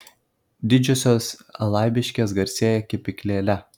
didžiosios laibiškės garsėja kepyklėle